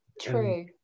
True